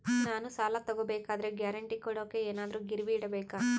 ನಾನು ಸಾಲ ತಗೋಬೇಕಾದರೆ ಗ್ಯಾರಂಟಿ ಕೊಡೋಕೆ ಏನಾದ್ರೂ ಗಿರಿವಿ ಇಡಬೇಕಾ?